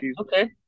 Okay